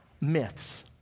myths